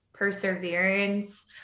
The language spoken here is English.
Perseverance